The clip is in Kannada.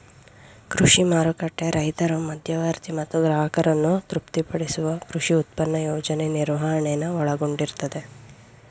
ಕೃಷಿ ಮಾರುಕಟ್ಟೆ ರೈತರು ಮಧ್ಯವರ್ತಿ ಮತ್ತು ಗ್ರಾಹಕರನ್ನು ತೃಪ್ತಿಪಡಿಸುವ ಕೃಷಿ ಉತ್ಪನ್ನ ಯೋಜನೆ ನಿರ್ವಹಣೆನ ಒಳಗೊಂಡಿರ್ತದೆ